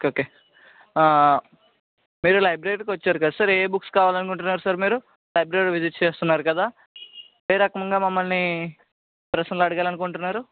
okay okay మీరు లైబ్రరీకి వచ్చారు కదా సార్ ఏయే బుక్స్ కావాలనుకుంటున్నారు సార్ మీరు లైబ్రరీని విజిట్ చేస్తున్నారు కదా ఏ రకంగా మమ్మల్ని ప్రశ్నలు అడగాలనుకుంటున్నారు